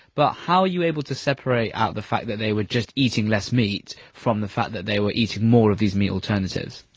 but how are you able to separate out the fact that they were just eating less meat from the fact that they were eating more of these meat alternatives?